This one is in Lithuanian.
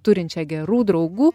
turinčią gerų draugų